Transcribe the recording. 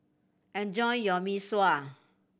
enjoy your Mee Sua